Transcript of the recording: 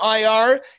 IR